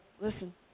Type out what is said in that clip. listen